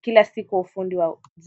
kila siku, ufundi